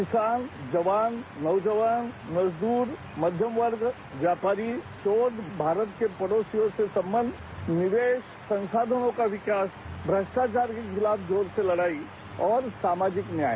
किसान जवान नौजवान मजदूर मध्यम वर्ग व्यापारी शोध भारत के पड़ोसी देशों से संबंध निवेश संशाधनों का विकास भ्रष्टाचार के खिलाफ जोर से लड़ाई और समाजिक न्याय